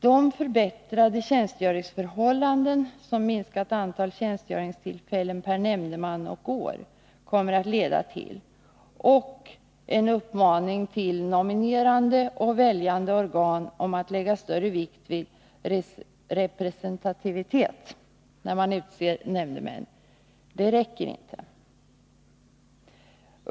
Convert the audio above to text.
De förbättrade tjänstgöringsförhållanden som minskat antal tjänstgöringstillfällen per nämndeman och år kommer att leda till och en uppmaning till nominerande och väljande organ om att lägga större vikt vid representativitet när man utser nämndemän räcker inte.